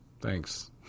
Thanks